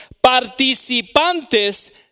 participantes